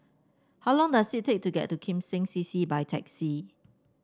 how long does it take to get to Kim Seng C C by taxi